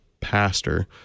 pastor